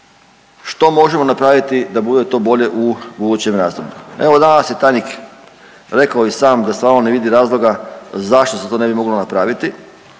što možemo napraviti da bude to bolje u budućem razdoblju. Evo danas je tajnik rekao i sam da stvarno ne vidi razloga zašto se to ne bi moglo napraviti,